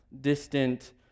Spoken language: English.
distant